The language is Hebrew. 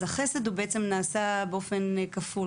אז החסד הוא בעצם נעשה באופן כפול.